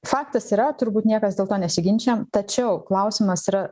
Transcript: faktas yra turbūt niekas dėl to nesiginčijam tačiau klausimas yra